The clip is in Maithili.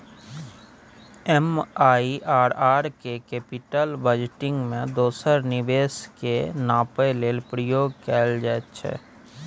एम.आइ.आर.आर केँ कैपिटल बजटिंग मे दोसर निबेश केँ नापय लेल प्रयोग कएल जाइत छै